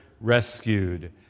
rescued